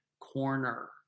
corner